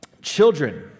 Children